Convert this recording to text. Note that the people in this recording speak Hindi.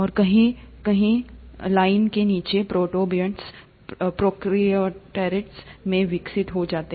और कहीं कहीं लाइन के नीचे प्रोटोबायन्ट्स प्रोकैरियोट्स में विकसित हो जाते